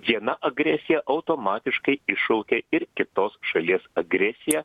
viena agresija automatiškai iššaukia ir kitos šalies agresiją